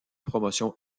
promotion